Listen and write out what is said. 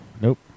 Nope